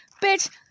bitch